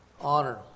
honor